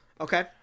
Okay